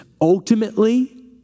ultimately